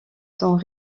sont